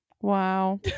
Wow